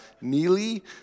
Neely